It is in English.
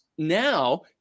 Now